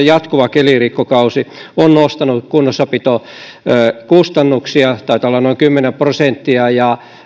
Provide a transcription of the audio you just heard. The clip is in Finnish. jatkuva kelirikkokausi on nostanut kunnossapitokustannuksia taitaa olla noin kymmenen prosenttia ja